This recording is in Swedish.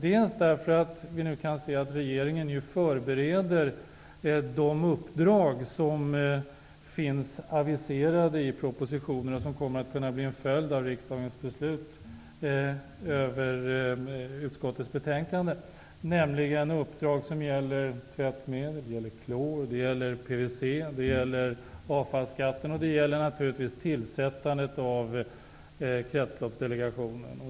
Vi kan nu se att regeringen förbereder de uppdrag som har aviserats i propositionen och som kommer att bli en följd av riksdagens beslut med anledning av utskottets betänkande, nämligen uppdrag som gäller tvättmedel, klor, PVC och avfallsskatten samt naturligtvis tillsättandet av kretsloppsdelegationen.